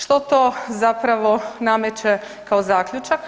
Što to zapravo nameće kao zaključak?